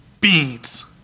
Beans